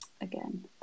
again